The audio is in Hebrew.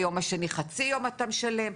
היום השני חצי יום אתה משלם,